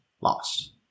lost